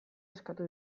eskatu